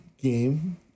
game